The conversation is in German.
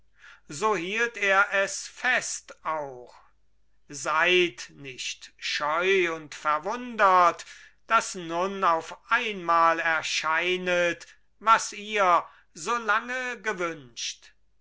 so hielt er es fest auch seid nicht scheu und verwundert daß nun auf einmal erscheinet was ihr so lange gewünscht